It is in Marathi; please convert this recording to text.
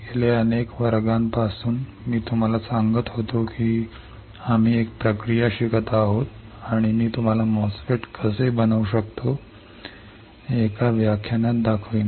गेल्या अनेक वर्गांपासून मी तुम्हाला सांगत होतो की आम्ही एक प्रक्रिया शिकत आहोत आणि मी तुम्हाला MOSFET कसे बनवू शकतो हे एका व्याख्यानात दाखवीन